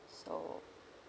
so